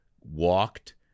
walked